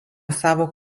savo